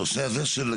הנושא הזה של,